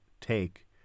take